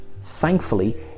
thankfully